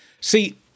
See